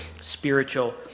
spiritual